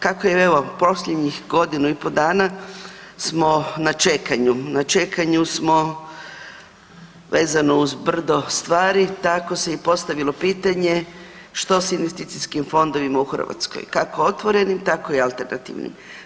Kako je evo posljednjih godinu i pol dana smo na čekanju, na čekanju smo vezano uz brdo stvari tako se i postavilo pitanje što s investicijskim fondovima u Hrvatskoj kako otvorenim tako i alternativnim.